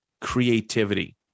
creativity